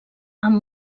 amb